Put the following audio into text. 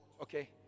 Okay